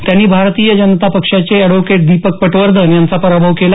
त्यांनी भारतीय जनता पक्षाचे अॅडव्होकेट दीपक पटवर्धन यांचा पराभव केला